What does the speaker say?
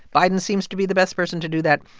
biden seems to be the best person to do that.